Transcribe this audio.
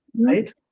right